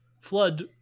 flood